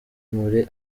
muri